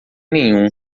nenhum